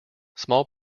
small